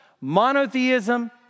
monotheism